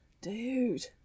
Dude